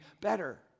better